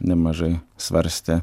nemažai svarstę